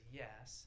yes